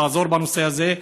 תעזור בנושא הזה.